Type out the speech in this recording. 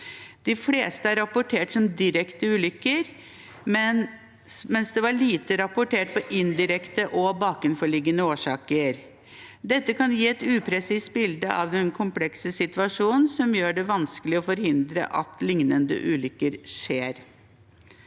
De fleste er rapportert som direkte ulykker, mens det er lite rapportert om indirekte og bakenforliggende årsaker. Dette kan gi et upresist bilde av den komplekse situasjonen som gjør det vanskelig å forhindre at liknende ulykker skjer.